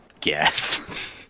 guess